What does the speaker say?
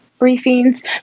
briefings